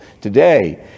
today